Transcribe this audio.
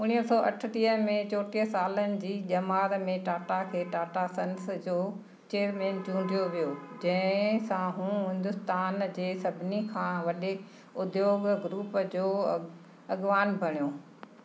उणिवीह सौ अठटीह में चोटीह सालनि जी ॼमार में टाटा खे टाटा संस जो चेयरमैन चूंडियो वियो जंहिंसां हू हिंदुस्तान जे सभिनी खां वॾे उद्योग ग्रुप जो अगवान बणियो